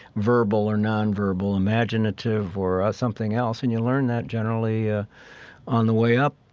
verbal or nonverbal, imaginative or something else. and you learn that, generally, ah on the way up,